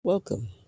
Welcome